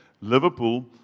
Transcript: Liverpool